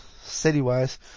city-wise